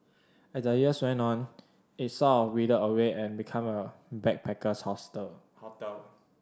as the years went on it sort of withered away and become a backpacker's hostel